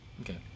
Okay